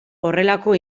horrelako